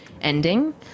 ending